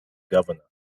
governor